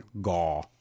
Gaw